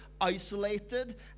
isolated